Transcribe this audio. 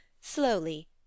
slowly